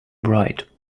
bright